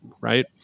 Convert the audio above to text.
right